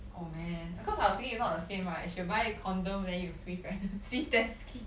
oh man because I was thinking if not the same right should buy condom then you free pregnancy test kit